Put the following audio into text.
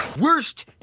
Worst